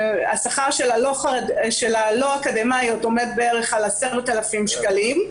השכר של הלא אקדמאיות עומד בערך על 10,000 שקלים,